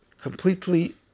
completely